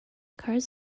cars